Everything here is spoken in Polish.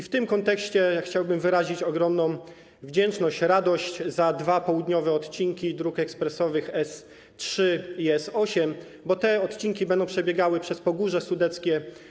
W tym kontekście chciałbym wyrazić ogromną wdzięczność, radość za dwa południowe odcinki dróg ekspresowych S3 i S8, bo te odcinki będą przebiegały przez Pogórze Sudeckie.